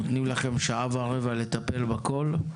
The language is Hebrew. אנחנו נותנים לכם שעה ורבע לטפל בכול,